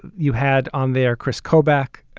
you had on there, kris kobach,